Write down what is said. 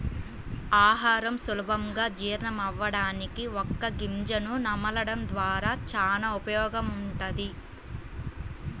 ఆహారం సులభంగా జీర్ణమవ్వడానికి వక్క గింజను నమలడం ద్వారా చానా ఉపయోగముంటది